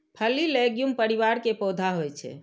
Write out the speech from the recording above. फली लैग्यूम परिवार के पौधा होइ छै